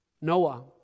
Noah